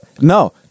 No